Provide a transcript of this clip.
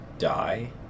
die